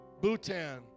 Bhutan